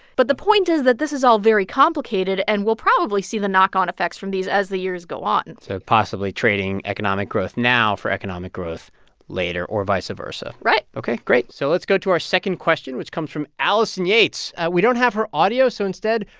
but the point is that this is all very complicated, and we'll probably see the knock-on effects from these as the years go on and so possibly trading economic growth now for economic growth later, or vice versa right ok, great. so let's go to our second question, which comes from allison yates. we don't have her audio, so instead,